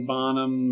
Bonham